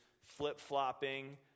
flip-flopping